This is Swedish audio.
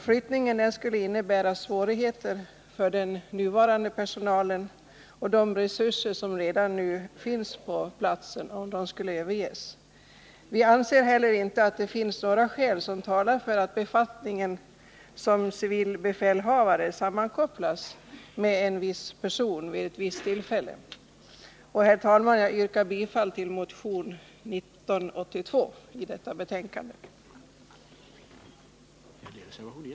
Flyttningen skulle innebära svårigheter för den nuvarande personalen, och de resurser som redan nu finns på platsen skulle överges. Vi anser heller inte att det finns några skäl som talar för att avgörandet av frågan om lokaliseringen av civilbefälhavarens kansli skall ske med hänsynstagande till någon viss person vid något visst tillfälle. Herr talman! Jag yrkar bifall till reservation 1, i vilken hemställs om bifall till motion 1982.